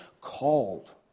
called